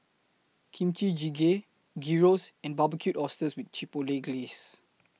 Kimchi Jjigae Gyros and Barbecued Oysters with Chipotle Glaze